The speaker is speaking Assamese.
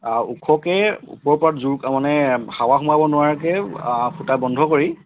ওখকৈ ওপৰৰ পৰা জোৰকৈ মানে হাৱা সোমাব নোৱাৰাকৈ ফুটা বন্ধ কৰি